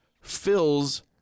fills